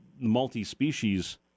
multi-species